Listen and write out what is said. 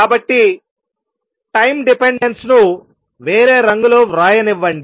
కాబట్టి time dependence ను వేరే రంగులో వ్రాయనివ్వండి